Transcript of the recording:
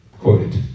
quoted